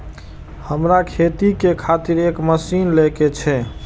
हमरा खेती के खातिर एक मशीन ले के छे?